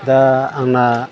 दा आंना